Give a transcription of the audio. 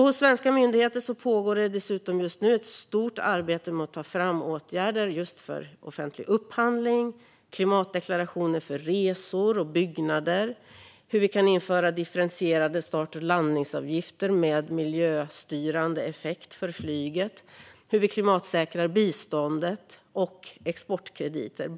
Hos svenska myndigheter pågår dessutom just nu ett stort arbete med att - för att bara nämna något - ta fram åtgärder för offentlig upphandling klimatdeklarationer för resor och byggnader på vilket sätt vi kan införa differentierade start och landningsavgifter med miljöstyrande effekt för flyget på vilket sätt vi klimatsäkrar biståndet och exportkrediter.